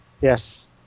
Yes